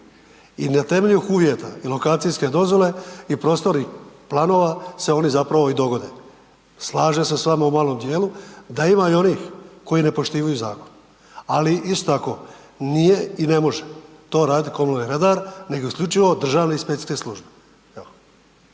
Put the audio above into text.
i na temelju tih uvjeta i lokacijske dozvole i prostornih planova se oni zapravo i dogode. Slažem se s vama u malom dijelu da ima i onih koji ne poštivaju zakon. Ali isto tako nije i ne može to raditi komunalni redar, nego isključivo državne inspekcijske službe.